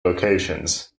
locations